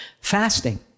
fasting